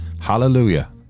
Hallelujah